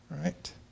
right